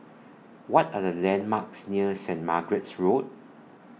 What Are The landmarks near Saint Margaret's Road